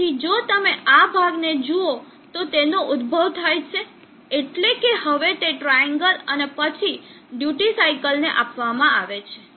તેથી જો તમે આ ભાગને જુઓ તો તેનો ઉદભવ થાય છે એટલે કે હવે તે ટ્રાઈએન્ગલ અને પછી ડ્યુટી સાઇકલ ને આપવામાં આવે છે